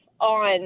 on